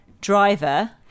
driver